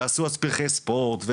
עשו פרחי ספורטי,